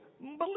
Believe